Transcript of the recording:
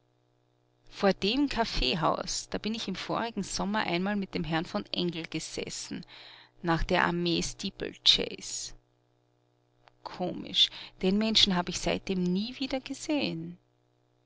vor dem kaffeehaus da bin ich im vorigen sommer einmal mit dem herrn von engel gesessen nach der armee steeple chase komisch den menschen hab ich seitdem nie wieder geseh'n